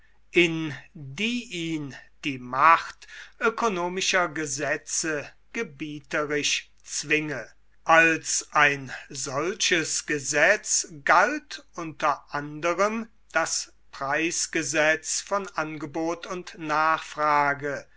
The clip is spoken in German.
in die ihn die macht ökonomischer gesetze gebieterisch zwinge als ein solches gesetz galt unter anderem das preisgesetz von angebot und nachfrage